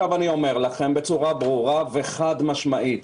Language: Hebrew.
אני אומר בצורה ברורה וחד משמעית: